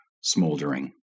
smoldering